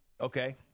Okay